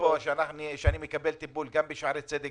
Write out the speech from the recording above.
שאני מקבל טיפול בשערי צדק